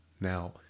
Now